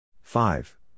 five